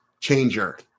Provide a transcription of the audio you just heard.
changer